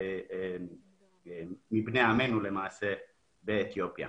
בני עמנו באתיופיה.